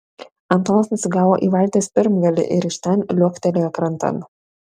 antonas nusigavo į valties pirmgalį ir iš ten liuoktelėjo krantan